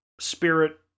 spirit